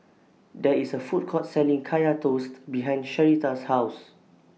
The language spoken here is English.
There IS A Food Court Selling Kaya Toast behind Sherita's House